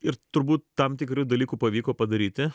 ir turbūt tam tikrų dalykų pavyko padaryti